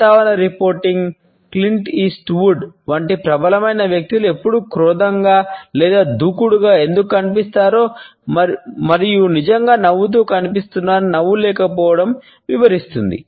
వాతావరణ reporting Clint Eastwood వంటి ప్రబలమైన వ్యక్తులు ఎప్పుడూ క్రోధంగా లేదా దూకుడుగా ఎందుకు కనిపిస్తారో మరియు నిజంగా నవ్వుతూ కనిపిస్తున్నారని నవ్వు లేకపోవడం వివరిస్తుంది